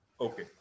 Okay